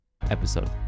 episode